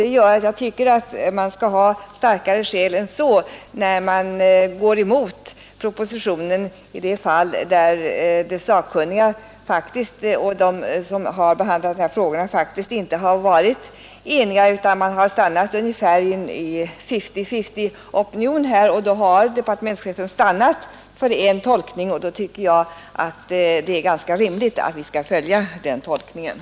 Det gör att jag tycker man skall ha starkare skäl än fru Kristensson hade, innan man går emot propositionen i detta fall, där de sakkunniga och de som behandlat dessa frågor inte har varit eniga utan stannat ungefär vid en fifty-fifty-opinion. Departementschefen har sedan valt en av tolkningarna, och då tycker jag att det är ganska rimligt att vi följer honom.